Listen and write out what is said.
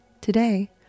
Today